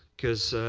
because